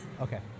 Okay